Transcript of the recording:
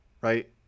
right